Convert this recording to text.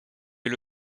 est